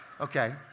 okay